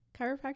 chiropractor